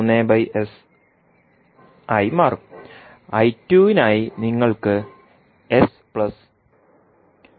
I 2 നായി നിങ്ങൾക്ക് ലഭിക്കും